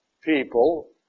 people